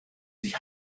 sich